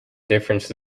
difference